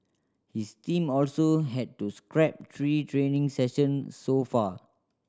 his team also had to scrap three training session so far